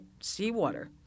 seawater